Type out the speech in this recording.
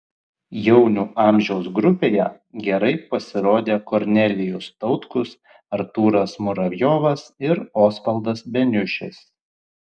jaunių amžiaus grupėje gerai pasirodė kornelijus tautkus artūras muravjovas ir osvaldas beniušis